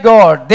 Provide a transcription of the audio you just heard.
God